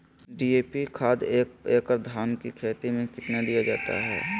DAP खाद एक एकड़ धान की खेती में कितना दीया जाता है?